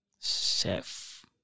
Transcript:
Chef